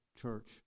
church